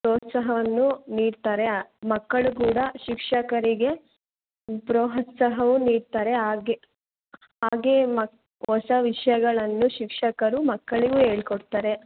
ಪ್ರೋತ್ಸಾಹವನ್ನು ನೀಡ್ತಾರೆ ಮಕ್ಕಳು ಕೂಡ ಶಿಕ್ಷಕರಿಗೆ ಪ್ರೋತ್ಸಾಹವು ನೀಡ್ತಾರೆ ಹಾಗೇ ಹಾಗೇ ಹೊಸ ವಿಷಯಗಳನ್ನು ಶಿಕ್ಷಕರು ಮಕ್ಕಳಿಗೂ ಹೇಳ್ ಕೊಡ್ತಾರೆ